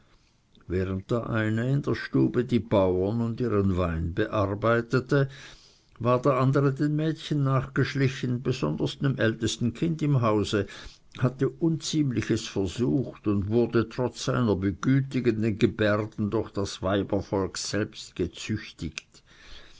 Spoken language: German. während der eine in der stube die bauern und ihren wein bearbeitete war der andere den mädchen nachgeschlichen besonders dem ältesten kind im hause hatte unziemliches versucht und wurde trotz seiner begütigenden gebärden durch das weibervolk selbst gezüchtigt